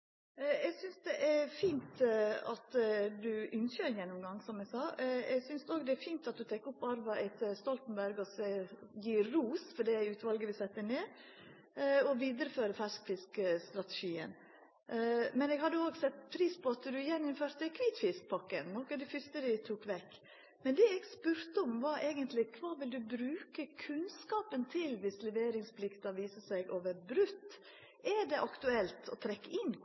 Eg synest det er fint at ministeren ynskjer ein gjennomgang, som eg sa. Eg synest òg det er fint at ministeren tek opp arbeidet etter Stoltenberg-regjeringa, gjev ros for det utvalet vi sette ned og at ho vidarefører ferskfiskstrategien. Men eg hadde òg sett pris på det om ministeren innførte kvitfiskpakken igjen – noko av det fyrste dei tok vekk. Men det eg spurde om, var eigentleg: Kva vil ministeren bruka kunnskapen til – viss leveringsplikta viser seg å vera brote? Er det aktuelt å trekkja inn